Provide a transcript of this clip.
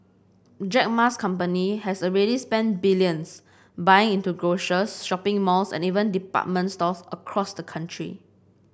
Jack Ma's company has already spent billions buying into grocers shopping malls and even department stores across the country